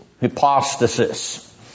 hypostasis